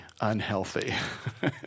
unhealthy